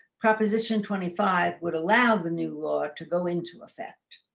proposition twenty five would allow the new law to go into effect.